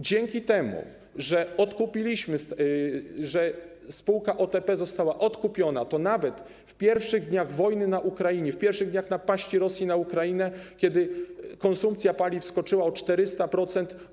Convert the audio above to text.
Dzięki temu, że spółka OTP została odkupiona, to nawet w pierwszych dniach wojny na Ukrainie, w pierwszych dniach napaści Rosji na Ukrainę, kiedy konsumpcja paliw skoczyła o 400%,